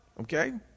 okay